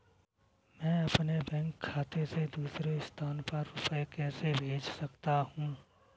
मैं अपने बैंक खाते से दूसरे स्थान पर रुपए कैसे भेज सकता हूँ?